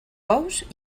bous